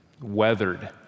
weathered